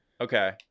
Okay